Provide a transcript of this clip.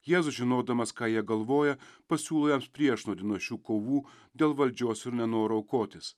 jėzus žinodamas ką jie galvoja pasiūlo jiems priešnuodį nuo šių kovų dėl valdžios ir nenoro aukotis